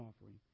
offering